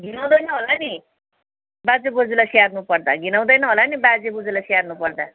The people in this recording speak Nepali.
घिनाउँदैन होला नि बाजे बोजूलाई स्याहार्नु पर्दा घिनाउँदैन होला नि बाजे बोजूलाई स्याहार्नु पर्दा